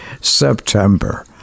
September